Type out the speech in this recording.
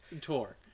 tour